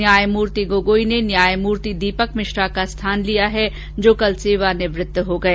न्यायमूर्ति गोगोई ने न्यायमूर्ति दीपक मिश्रा का स्थान लिया है जो कल सेवानिवृत हो गए